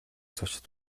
зочид